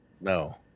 No